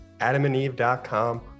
adamandeve.com